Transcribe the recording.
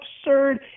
absurd